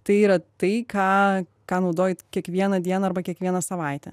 tai yra tai ką ką naudojat kiekvieną dieną arba kiekvieną savaitę